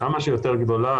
כמה שיותר גדולה.